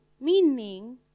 Meaning